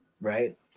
right